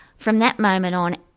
from that moment on,